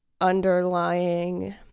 underlying